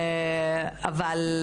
אבל,